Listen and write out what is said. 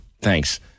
Thanks